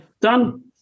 done